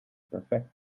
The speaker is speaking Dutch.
perfect